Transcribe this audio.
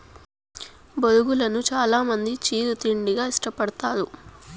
బొరుగులను చానా మంది చిరు తిండిగా ఇష్టపడతారు